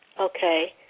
Okay